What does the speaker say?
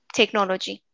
technology